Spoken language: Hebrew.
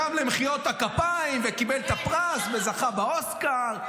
-- קם למחיאות הכפיים, קיבל את הפרס וזכה באוסקר.